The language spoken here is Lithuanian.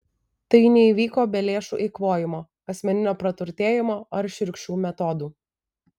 tai neįvyko be lėšų eikvojimo asmeninio praturtėjimo ar šiurkščių metodų